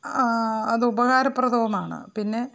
അത് ഉപകാരപ്രദവുമാണ് പിന്നെ